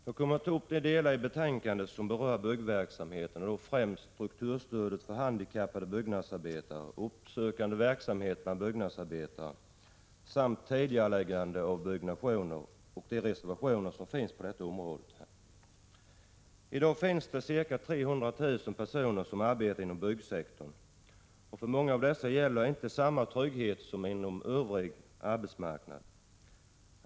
Herr talman! Jag kommer att ta upp de delar i betänkandet som berör byggverksamheten, och då främst strukturstödet för handikappade byggnadsarbetare, uppsökande verksamhet bland arbetslösa byggnadsarbetare samt tidigareläggande av byggande, samt de reservationer som finns på dessa områden. I dag finns det ca 300 000 personer som arbetar inom byggsektorn. För många av dessa gäller inte samma trygghet som inom den övriga arbetsmarknaden.